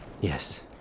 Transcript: Yes